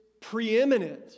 preeminent